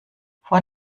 vor